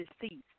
deceased